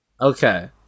Okay